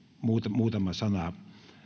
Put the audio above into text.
muutama sana